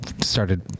started